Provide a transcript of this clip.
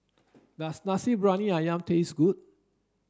does Nasi Briyani Ayam taste good